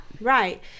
Right